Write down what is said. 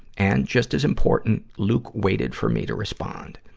and, just as important, luke waited for me to respond.